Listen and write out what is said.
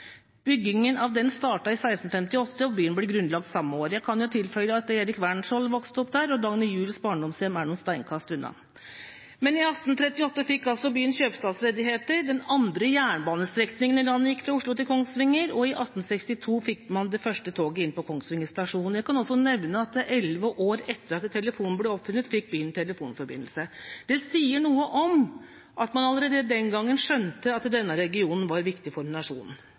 Byggingen av den startet i 1658, og byen ble grunnlagt samme år. Jeg kan tilføye at Erik Werenskiold vokste opp der, og Dagny Juels barndomshjem ligger noen steinkast unna. Men i 1854 fikk altså byen kjøpstadsrettigheter. Den andre jernbanestrekningen i landet gikk fra Oslo til Kongsvinger, og i 1862 fikk man det første toget inn på Kongsvinger stasjon. Jeg kan også nevne at elleve år etter at telefonen ble oppfunnet, fikk byen telefonforbindelse. Det sier noe om at man allerede den gangen skjønte at denne regionen var viktig for nasjonen.